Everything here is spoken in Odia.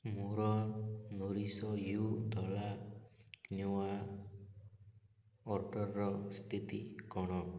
ମୋର ନୋରିଶ ୟୁ ଧଳା କ୍ୱିନୋଆ ଅର୍ଡ଼ର୍ର ସ୍ଥିତି କ'ଣ